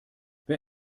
wer